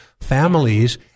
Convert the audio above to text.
families